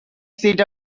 seat